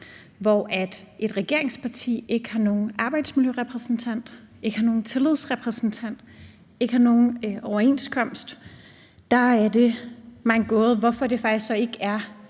hvor et regeringsparti ikke har nogen arbejdsmiljørepræsentant, ikke har nogen tillidsrepræsentant og ikke har nogen overenskomst, og der er det mig en gåde, hvorfor det så faktisk ikke er